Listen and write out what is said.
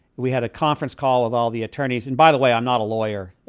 we had a conference call of all the attorneys. and by the way, i'm not a lawyer.